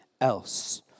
else